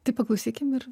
tai paklausykim ir